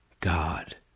God